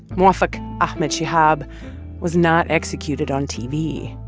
mowafaq ahmad shihab was not executed on tv.